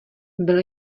byl